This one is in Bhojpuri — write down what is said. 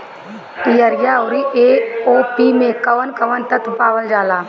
यरिया औरी ए.ओ.पी मै कौवन कौवन तत्व पावल जाला?